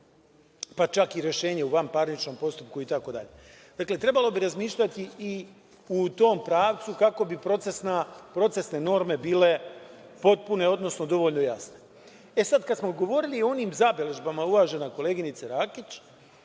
pa čak i rešenje u vanparničnom postupku i tako dalje. Dakle, trebalo bi razmišljati i u tom pravcu, kako bi procesne norme bile potpune, odnosno dovoljno jasne.E, sada kada smo govorili o onim zabeležbama, uvažena koleginice Rakić,